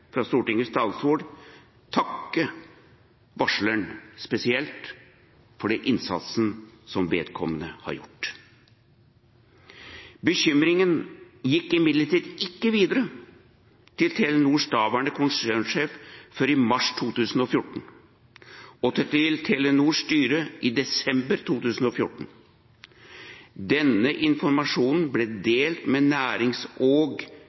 fra Stortingets talerstol – takke varsleren spesielt for den innsatsen som vedkommende har gjort. Bekymringen gikk imidlertid ikke videre til Telenors daværende konsernsjef før i mars 2014 og til Telenors styre i desember i 2014. Denne informasjonen ble